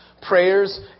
Prayers